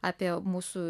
apie mūsų